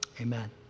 amen